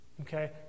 Okay